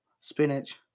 spinach